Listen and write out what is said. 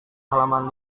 halaman